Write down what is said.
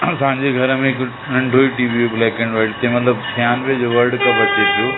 असांजे घर में हिकु नंढी ई TV black and white तंहिं महिल छियानिवे जो वर्ड कप अचे पियो